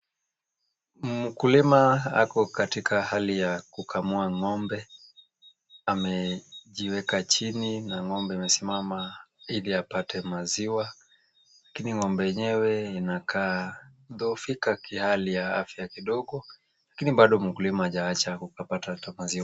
Mkulima ako katika hali ya kukamua ng'ombe amejiweka chini na ng'ombe amesimama ili apate maziwa lakini ng'ombe yenyewe anakaa kudhoofika kihali ya afya kidogo lakini bado mkulima hajaacha kupata hata maziwa.